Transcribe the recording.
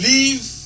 Leave